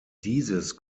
dieses